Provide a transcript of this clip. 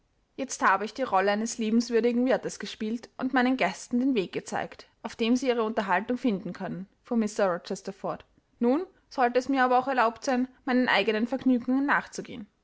jetzt habe ich die rolle eines liebenswürdigen wirtes gespielt und meinen gästen den weg gezeigt auf dem sie ihre unterhaltung finden können fuhr mr rochester fort nun sollte es mir aber auch erlaubt sein meinen eigenen vergnügungen nachzugehen